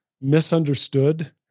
misunderstood